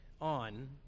on